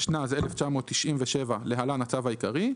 התשנ"ז-1997 (להלן - הצו העיקרי),